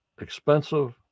expensive